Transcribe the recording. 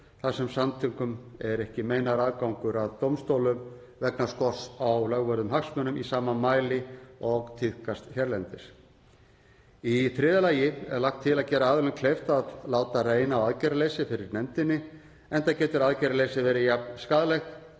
þar sem samtökum er ekki meinaður aðgangur að dómstólum vegna skorts á lögvörðum hagsmunum í sama mæli og tíðkast hérlendis. Í þriðja lagi er lagt til að gera aðilum kleift að láta reyna á aðgerðaleysi fyrir nefndinni enda getur aðgerðaleysi verið jafn skaðlegt